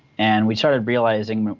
and we started realizing,